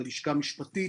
ללשכה המשפטית,